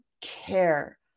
care